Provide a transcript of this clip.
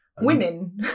women